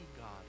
God